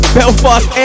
Belfast